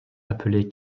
appelée